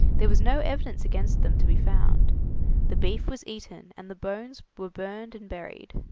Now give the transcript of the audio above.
there was no evidence against them to be found the beef was eaten and the bones were burned and buried.